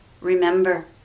remember